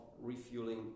refueling